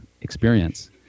experience